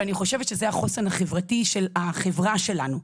ואני חושבת שזה החוסן החברתי של החברה שלנו.